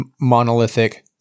monolithic